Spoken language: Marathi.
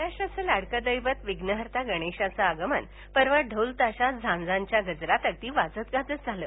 महाराष्ट्राचं लाडकं दैवत सुखकर्ता विघ्नहर्ता गणेशाचं आगमन परवा ढोल ताशा झांजांच्या गजरात अगदी वाजत गाजत झाल